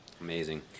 Amazing